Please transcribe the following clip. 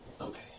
Okay